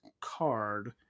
card